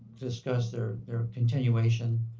discuss their their continuation